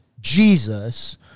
Jesus